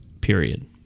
Period